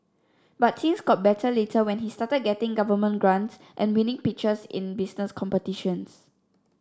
but things got better later when he started getting government grants and winning pitches in business competitions